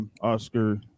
Oscar